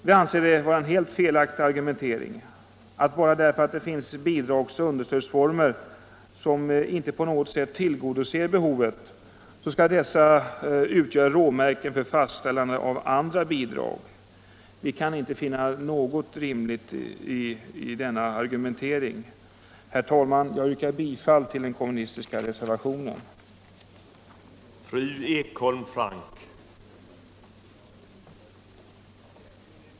Vi anser det vara en helt felaktig argumentering att bidragsoch understödsformer som inte på något sätt tillgodoser behovet skall utgöra råmärken för fast ställande av andra bidrag. Vi kan inte finna något rimligt i denna ar Nr 44 Herr talman! Jag yrkar bifall till den kommunistiska reservationen.